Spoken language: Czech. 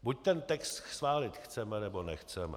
Buď ten text schválit chceme, nebo nechceme.